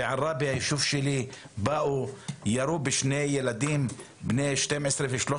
בעראבה, היישוב שלי, ירו בשני ילדים בני 12 ו-13,